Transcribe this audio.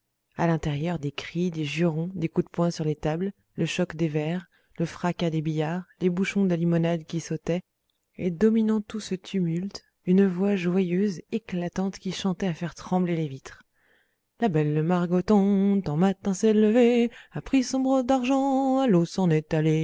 à l'intérieur des cris des jurons des coups de poing sur les tables le choc des verres le fracas des billards les bouchons de limonades qui sautaient et dominant tout ce tumulte une voix joyeuse éclatante qui chantait à faire trembler les vitres la belle margoton tant matin s'est levée a pris son broc d'argent à l'eau